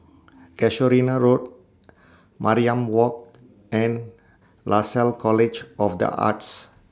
Casuarina Road Mariam Walk and Lasalle College of The Arts